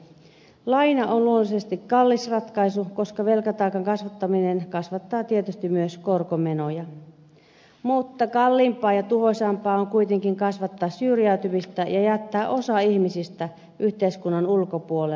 laina on luonnollisesti kallis ratkaisu koska velkataakan kasvattaminen kasvattaa tietysti myös korkomenoja mutta kalliimpaa ja tuhoisampaa on kuitenkin kasvattaa syrjäytymistä ja jättää osa ihmisistä yhteiskunnan ulkopuolelle